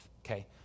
Okay